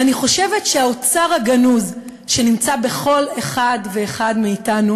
ואני חושבת שהאוצר הגנוז שנמצא בכל אחד ואחד מאתנו